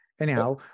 Anyhow